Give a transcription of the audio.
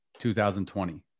2020